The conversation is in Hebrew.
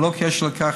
בלא קשר לכך,